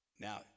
Now